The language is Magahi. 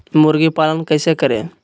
मुर्गी पालन कैसे करें?